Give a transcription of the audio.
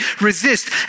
resist